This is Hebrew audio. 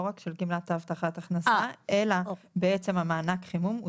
לא רק של גמלת הבטחת הכנסה אלא בעצם המענק חימום הוא